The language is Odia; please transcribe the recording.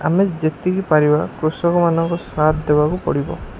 ଆମେ ଯେତିକି ପାରିବା କୃଷକମାନଙ୍କ ସାଥ୍ ଦେବାକୁ ପଡ଼ିବ